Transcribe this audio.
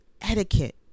etiquette